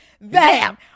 Bam